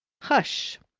hush!